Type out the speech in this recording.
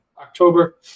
october